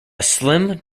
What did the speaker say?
slim